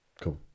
cool